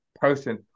person